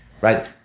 right